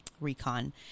recon